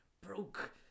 broke